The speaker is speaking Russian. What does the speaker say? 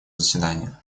заседания